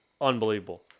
unbelievable